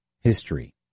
history